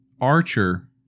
Archer